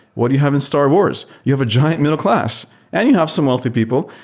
what do you have in star wars? you have a giant middleclass and you have some wealthy people,